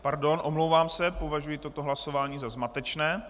Pardon, omlouvám se, považuji toto hlasování za zmatečné.